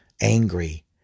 angry